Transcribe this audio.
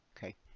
Okay